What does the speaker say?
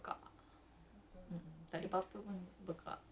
oh no sorry sorry the studio beat factory fitness